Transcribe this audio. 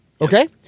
Okay